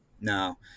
No